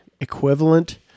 equivalent